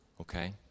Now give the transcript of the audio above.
okay